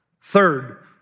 Third